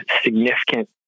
significant